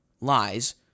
lies